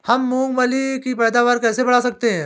हम मूंगफली की पैदावार कैसे बढ़ा सकते हैं?